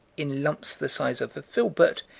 in lumps the size of a filbert,